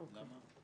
למה?